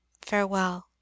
Farewell